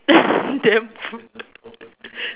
then